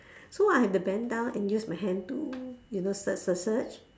so I have to bend down and use my hand to you know search search search